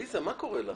עליזה, מה קורה לך?